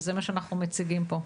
וזה מה שאנחנו מציגים פה.